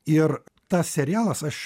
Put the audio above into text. ir tas serialas aš